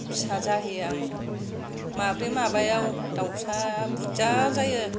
फिसा जाहोयो आङो माब्रै माबायाव दाउसा बुरजा जायो